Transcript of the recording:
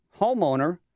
homeowner